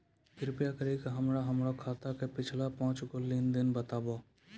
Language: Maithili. कृपा करि के हमरा हमरो खाता के पिछलका पांच गो लेन देन देखाबो